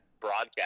broadcast